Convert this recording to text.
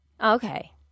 Okay